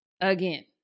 Again